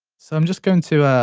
so, i'm just going to